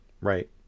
Right